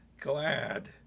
glad